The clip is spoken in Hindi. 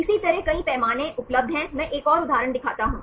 इसी तरह कई पैमाने उपलब्ध हैं मैं एक और उदाहरण दिखाता हूं